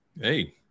hey